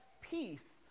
peace